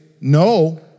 No